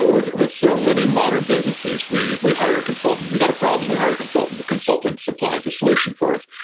with with so many modern businesses, we we hire a consultant. we've got a problem, we hire a consultant. the consultant supplies a solution for us.